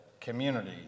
community